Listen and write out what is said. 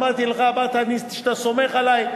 אמרת שאתה סומך עלי.